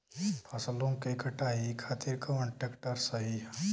फसलों के कटाई खातिर कौन ट्रैक्टर सही ह?